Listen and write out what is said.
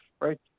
right